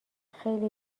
خیلی